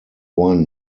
one